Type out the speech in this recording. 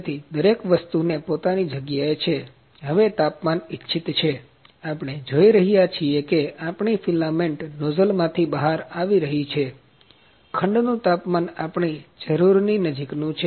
તેથી દરેક વસ્તુ તે પોતાની જગ્યાએ છે હવે તાપમાન ઈચ્છિત છે આપણે જોઈ રહ્યા છીએ કે આપણી ફિલામેન્ટ નોઝલમાંથી બહાર આવી રહી છે ખંડનું તાપમાન આપણી જરૂર ની નજીકનું છે